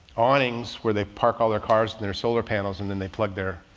awnings where they park all their cars and their solar panels and then they plugged their,